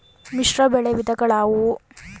ಮಿಶ್ರಬೆಳೆ ವಿಧಗಳಾವುವು?